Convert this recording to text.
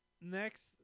Next